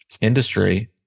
industry